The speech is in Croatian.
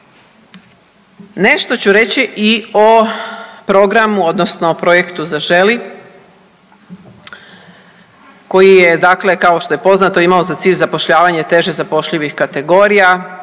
Nešto ću reći i o programu odnosno programu „Zaželi“ koji je dakle kao što je poznato imao za cilj zapošljavanje teže zapošljivih kategorija